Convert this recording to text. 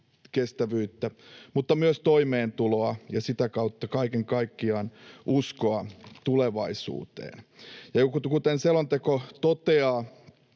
kestävyyttä, mutta myös toimeentuloa ja sitä kautta kaiken kaikkiaan uskoa tulevaisuuteen. Kuten selonteko toteaa